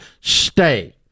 stay